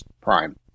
prime